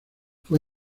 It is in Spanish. fue